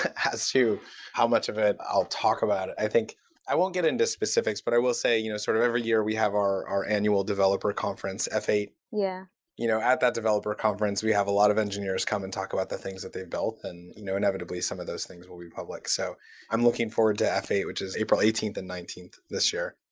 as to how much of it, i'll talk about it. i think i won't get into specifics, but i will say, you know sort of every year, we have our our annual developer conference f eight. yeah you know at that developer conference, we have a lot of engineers come and talk about the things that they've built, and you know inevitably. some of those things will be public. so i'm looking forward to f eight, which is april eighteenth and nineteenth this year.